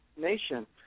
nation